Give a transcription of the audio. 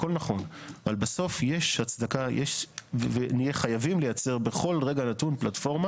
הכול נכון אבל בסוף נהיה חייבים לייצר בכל רגע נתון פלטפורמה